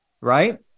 right